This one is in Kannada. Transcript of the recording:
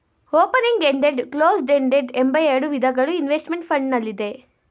ಓಪನಿಂಗ್ ಎಂಡೆಡ್, ಕ್ಲೋಸ್ಡ್ ಎಂಡೆಡ್ ಎಂಬ ಎರಡು ವಿಧಗಳು ಇನ್ವೆಸ್ತ್ಮೆಂಟ್ ಫಂಡ್ ನಲ್ಲಿದೆ